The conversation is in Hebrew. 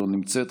לא נמצאת.